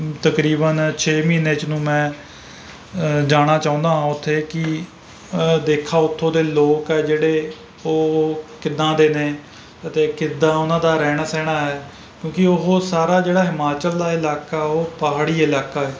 ਤਕਰੀਬਨ ਛੇ ਮਹੀਨੇ 'ਚ ਨੂੰ ਮੈਂ ਜਾਣਾ ਚਾਹੁੰਦਾ ਹਾਂ ਉੱਥੇ ਕਿ ਦੇਖਾਂ ਉੱਥੋਂ ਦੇ ਲੋਕ ਆ ਜਿਹੜੇ ਉਹ ਕਿੱਦਾਂ ਦੇ ਨੇ ਅਤੇ ਕਿੱਦਾਂ ਉਨ੍ਹਾਂ ਦਾ ਰਹਿਣਾ ਸਹਿਣਾ ਹੈ ਕਿਉਂਕਿ ਉਹ ਸਾਰਾ ਜਿਹੜਾ ਹਿਮਾਚਲ ਦਾ ਇਲਾਕਾ ਉਹ ਪਹਾੜੀ ਇਲਾਕਾ ਹੈ